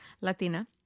Latina